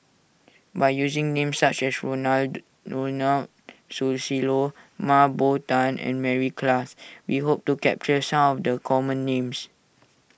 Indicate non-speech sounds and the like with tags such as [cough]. by using names such as [unintelligible] Susilo Mah Bow Tan and Mary Klass we hope to capture some of the common names